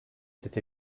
cette